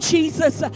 Jesus